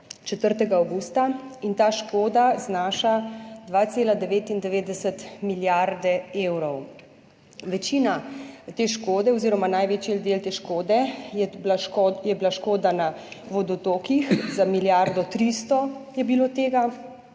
4. avgusta, in ta škoda znaša 2,99 milijarde evrov. Večina te škode oziroma največji del te škode je bila škoda na vodotokih, za milijardo 300 je bilo tega,